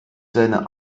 seine